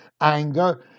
anger